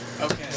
okay